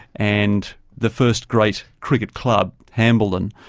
and the first great cricket club, hambledon,